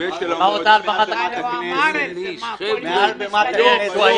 ושל -- הוא אמר את עמדתו מעל בימת הכנסת.